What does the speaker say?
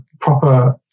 proper